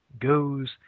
goes